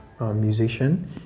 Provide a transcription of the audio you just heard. musician